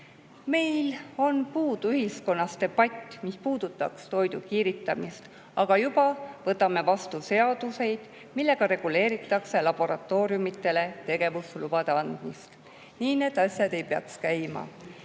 Meil on puudu ühiskonnas debatt, mis puudutaks toidu kiiritamist, aga juba võtame vastu seaduse, millega reguleeritakse laboratooriumitele tegevuslubade andmist. Nii need asjad ei peaks käima.